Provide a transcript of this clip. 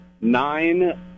Nine